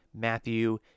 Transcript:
Matthew